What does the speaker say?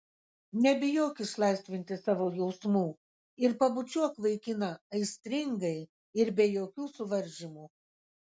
nebijok išlaisvinti savo jausmų ir pabučiuok vaikiną aistringai ir be jokių suvaržymų